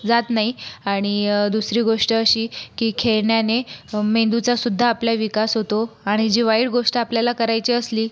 जात नाही आणि दुसरी गोष्ट अशी की खेळण्याने मेंदूचा सुद्धा आपल्या विकास होतो आणि जी वाईट गोष्ट आपल्याला करायची असली